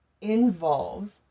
involve